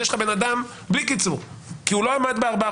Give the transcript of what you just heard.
יש לך בן אדם בלי קיצור כי הוא לא עמד בארבעה